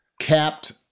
capped